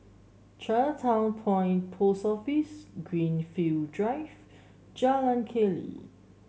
Chinatown Point Post Office Greenfield Drive Jalan Keli